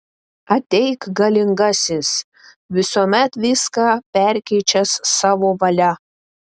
ateik galingasis visuomet viską perkeičiąs savo valia